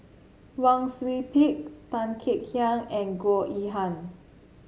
Wang Sui Pick Tan Kek Hiang and Goh Yihan